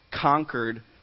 conquered